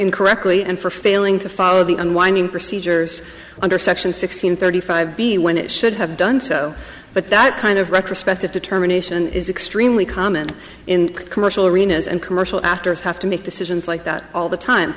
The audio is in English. incorrectly and for failing to follow the unwinding procedures under section six hundred thirty five b when it should have done so but that kind of retrospective determination is extremely common in commercial arenas and commercial actors have to make decisions like that all the time